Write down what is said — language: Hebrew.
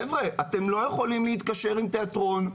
חבר'ה, אתם לא יכולים להתקשר עם תיאטרון,